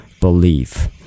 believe